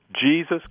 Jesus